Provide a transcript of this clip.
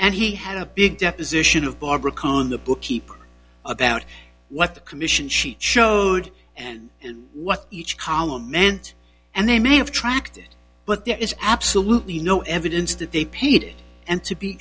and he had a big deposition of barbara kahn the bookkeeper about what the commission she showed and what each column meant and they may have tracked it but there is absolutely no evidence that they paid it and to be